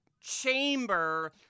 chamber